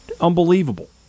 Unbelievable